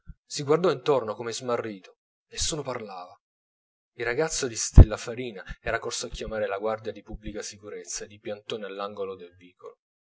si guardò intorno come smarrito nessuno parlava il ragazzo di stella farina era corso a chiamare la guardia di pubblica sicurezza di piantone all'angolo del vicolo